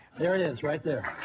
there it is, right there.